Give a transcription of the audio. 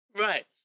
Right